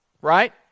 Right